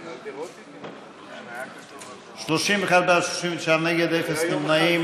של קבוצת סיעת המחנה הציוני,